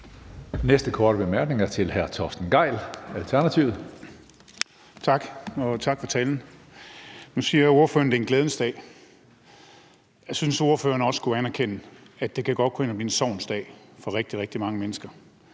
næste korte bemærkning er til hr. Torsten Gejl, Alternativet. Kl. 17:20 Torsten Gejl (ALT): Tak, og tak for talen. Nu siger ordføreren, at det er en glædens dag. Jeg synes, ordføreren også skulle anerkende, at det godt kan gå hen at blive en sorgens dag for rigtig, rigtig mange mennesker.